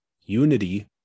unity